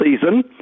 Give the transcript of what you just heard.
season